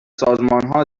سازمانها